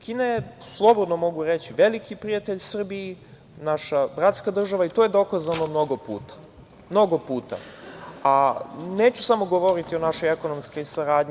Kina je, slobodno mogu reći, veliki prijatelj Srbiji, naša bratska država i to je dokazano mnogo puta, a neću samo govoriti o našoj ekonomskoj saradnji.